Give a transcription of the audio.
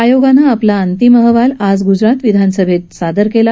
आयोगानं आपला अंतिम अहवाल आज ग्जरात विधानसभैत सादर केला